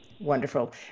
Wonderful